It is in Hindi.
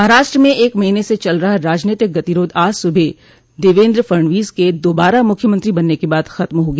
महाराष्ट्र में एक महीने से चल रहा राजनीतिक गतिरोध आज सुबह देवेन्द्र फडणवीस के दोबारा मुख्यमंत्री बनने के बाद ख़त्म हो गया